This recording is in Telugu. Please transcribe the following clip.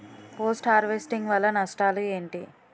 పోస్ట్ హార్వెస్టింగ్ వల్ల నష్టాలు ఏంటి?